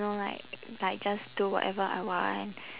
know like like just do whatever I want